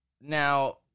now